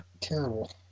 Terrible